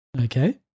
Okay